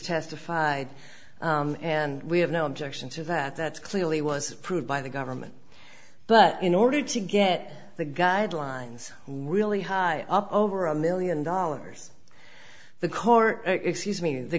testified and we have no objection to that that's clearly was approved by the government but in order to get the guidelines really high up over a million dollars the court excuse me the